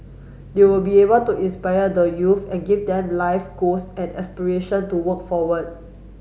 they will be able to inspire the youths and give them life goals and aspiration to work forward